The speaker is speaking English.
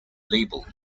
label